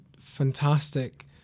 fantastic